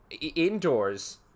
indoors